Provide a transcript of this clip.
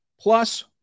plus